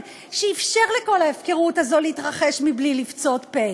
כשאפשר לכל ההפקרות הזאת להתרחש בלי לפצות פה?